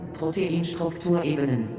Proteinstrukturebenen